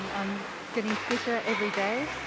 i'm getting fitter ah every day,